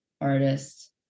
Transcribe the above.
artist